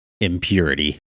impurity